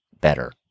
better